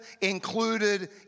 included